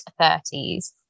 30s